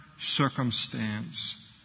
circumstance